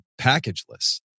packageless